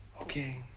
okay.